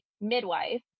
midwife